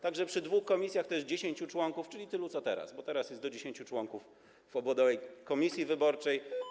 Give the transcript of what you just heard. Tak że przy dwóch komisjach to jest 10 członków, czyli tylu co teraz, bo teraz jest do 10 członków w obwodowej komisji wyborczej.